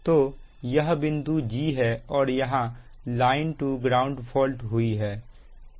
तो यह बिंदु g है और यहां लाइन टू ग्राउंड फॉल्ट हुई है